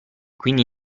quindi